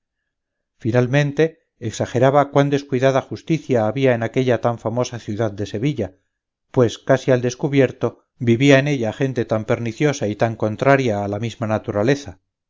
finalmente exageraba cuán descuidada justicia había en aquella tan famosa ciudad de sevilla pues casi al descubierto vivía en ella gente tan perniciosa y tan contraria a la misma naturaleza